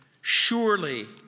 Surely